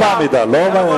לא בעמידה.